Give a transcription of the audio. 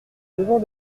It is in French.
devant